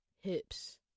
hips